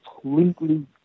completely